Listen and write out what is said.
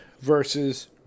versus